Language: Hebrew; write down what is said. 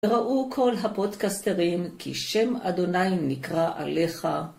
וראו כל הפודקסטרים, כי שם אדוני נקרא עליך.